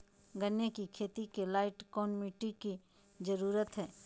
गन्ने की खेती के लाइट कौन मिट्टी की जरूरत है?